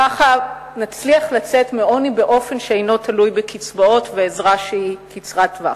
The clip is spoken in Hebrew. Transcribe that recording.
כך נצליח לצאת מהעוני באופן שאינו תלוי בקצבאות ובעזרה שהיא קצרת טווח.